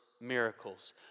miracles